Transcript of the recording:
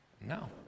no